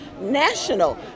national